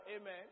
amen